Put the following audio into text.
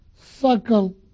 circle